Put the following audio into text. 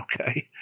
okay